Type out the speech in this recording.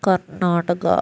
Karnataka